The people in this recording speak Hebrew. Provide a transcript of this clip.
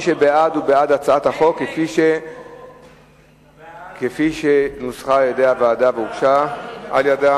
מי שבעד הוא בעד הצעת החוק כפי שנוסחה על-ידי הוועדה והוגשה על-ידה.